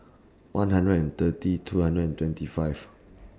one hundred and thirty two hundred and twenty five